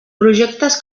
projectes